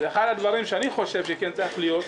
אחד הדברים שאני חושב שצריך להיות,